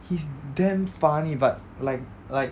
he's damn funny but like like